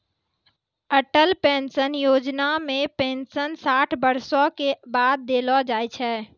Atal pension Yojana मे pension साठ बरसो के बाद देलो जाय छै